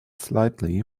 slightly